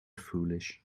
foolish